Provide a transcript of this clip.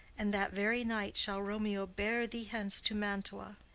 and that very night shall romeo bear thee hence to mantua.